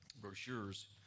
Brochures